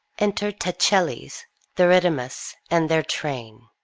enter techelles, theridamas, and their train.